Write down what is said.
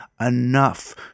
enough